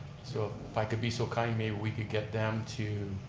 so if i could be so kind, maybe we could get them to,